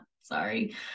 sorry